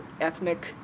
ethnic